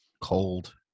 Cold